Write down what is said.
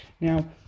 Now